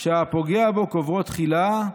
שהפוגע בו, קוברו תחילה,